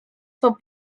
for